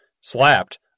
slapped